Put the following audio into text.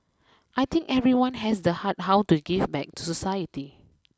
I think everyone has the heart how to give back to society